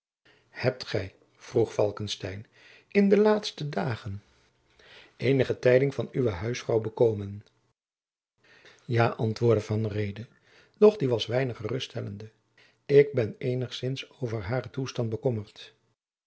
hebt gij vroeg falckestein in de laatste dagen eenige tijding van uwe huisvrouw bekomen ja antwoordde van reede doch die was jacob van lennep de pleegzoon weinig geruststellende ik ben eenigzins over haren toestand bekommerd